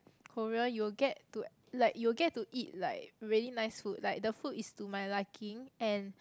Korea you will get to like you will get to eat like really nice food like the food is to my liking and